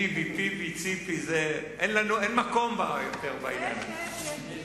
טיבי, ביבי, ציפי, אין מקום יותר בעניין הזה.